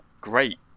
great